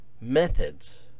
methods